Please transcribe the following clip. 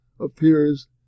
appears